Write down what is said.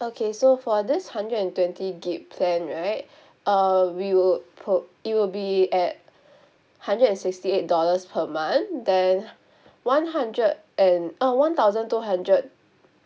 okay so for this hundred and twenty gig plan right uh we would put it will be at hundred and sixty eight dollars per month then one hundred and ah one thousand two hundred